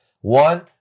One